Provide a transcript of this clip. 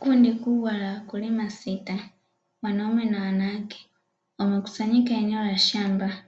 Kundi kubwa la wakulima sita wanaume na wanawake wamekusanyika eneo la shamba,